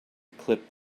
clip